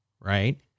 Right